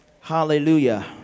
Hallelujah